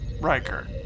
Riker